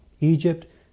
Egypt